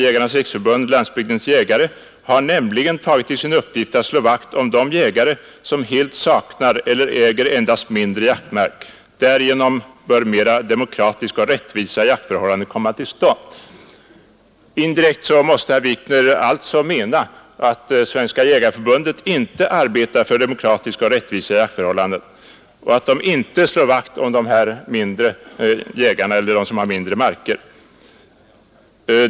Jägarnas riksförbund-Landsbygdens jägare har nämligen tagit till sin uppgift att slå vakt om de jägare som helt saknar eller äger endast mindre jaktmark. Därigenom bör mer demokratiska och rättvisa jaktförhållanden komma till stånd.” Indirekt måste herr Wikner alltså mena att Svenska jägareförbundet inte arbetar för demokratiska och rättvisa jaktförhållanden och inte slår vakt om de jägare som har mindre marker.